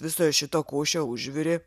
visą šitą košę užvirė